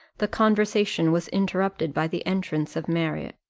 the conversation was interrupted by the entrance of marriott.